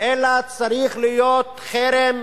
אלא צריך להיות חרם